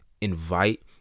invite